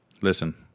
Listen